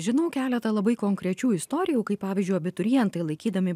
žinau keletą labai konkrečių istorijų kaip pavyzdžiui abiturientai laikydami